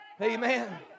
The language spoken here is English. Amen